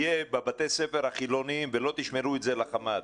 יהיה בבתי ספר החילוניים ולא תשמרו את זה לחמ"ד.